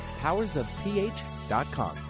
powersofph.com